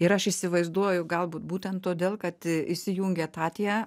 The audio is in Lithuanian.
ir aš įsivaizduoju galbūt būtent todėl kad įsijungė tatja